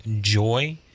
joy